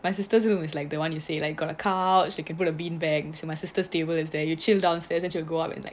my sister's room is like the one you say like you got a couch you can put a bean bag and my sister's table is there you chill downstairs and she'll go up and like